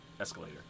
escalator